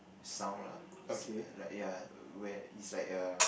sound lah s~ like ya where is like a